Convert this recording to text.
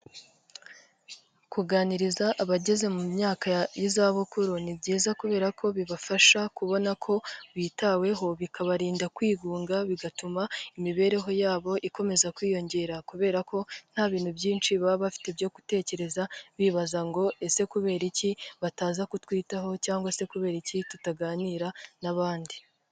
Kuganiriza abageze mu myaka y'izabukuru ni byiza kubera ko bibafasha kubona ko bitaweho bikabarinda kwigunga bigatuma imibereho yabo ikomeza kwiyongera, kubera ko nta bintu byinshi baba bafite byo gutekereza bibaza ngo, ese kubera iki bataza kutwitaho cyangwa se kubera iki tutaganira n'abandi.